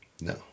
no